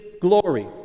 glory